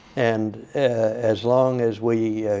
and as long as we